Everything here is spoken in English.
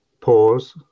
Pause